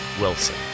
Wilson